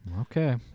Okay